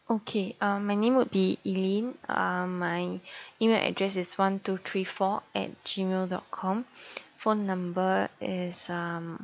okay um my name would be elene uh my email address is one two three four at gmail dot com phone number is um